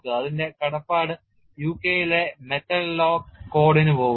അതിന്റെ കടപ്പാട് യുകെയിലെ മെറ്റൽ ലോക്ക് കോഡിനു പോകുന്നു